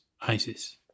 ISIS